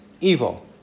evil